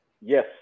Yes